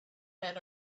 men